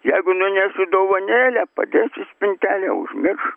jeigu nunešiu dovanėlę padės į spintelę užmirš